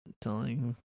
telling